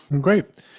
Great